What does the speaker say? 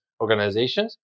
organizations